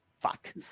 fuck